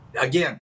again